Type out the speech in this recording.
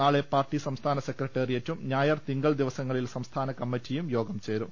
നാളെ പാർട്ടി സംസ്ഥാന സെക്രട്ടേറിയറ്റും ഞായർ തിങ്കൾ ദിവസങ്ങളിൽ സംസ്ഥാന കമ്മറ്റിയും യോഗം ചേരും